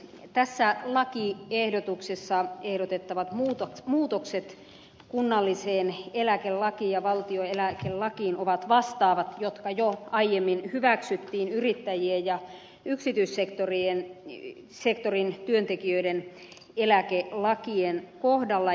tässä lakiehdotuksessa ehdotettavat muutokset kunnalliseen eläkelakiin ja valtion eläkelakiin ovat vastaavat jotka jo aiemmin hyväksyttiin yrittäjien ja yksityissektorin työntekijöiden eläkelakien kohdalla